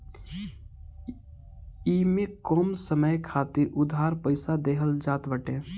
इमे कम समय खातिर उधार पईसा देहल जात बाटे